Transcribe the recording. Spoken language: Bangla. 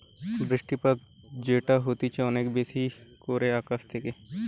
বৃষ্টিপাত যেটা হতিছে অনেক বেশি করে আকাশ থেকে